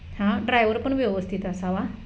हां ड्रायवर पण व्यवस्थित असावा